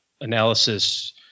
analysis